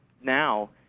now